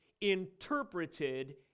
interpreted